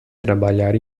trabalhar